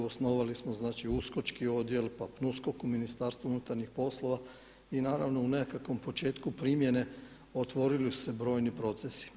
Osnovali smo znači uskočki odjel, pa PNUSKOK u Ministarstvu unutarnjih poslova i naravno u nekakvom početku primjene otvorili su se brojni procesi.